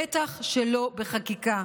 בטח שלא בחקיקה.